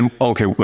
Okay